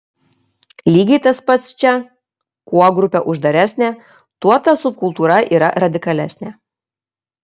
lygiai tas pats čia kuo grupė uždaresnė tuo ta subkultūra yra radikalesnė